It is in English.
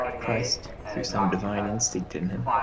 christ, through some divine instinct in him,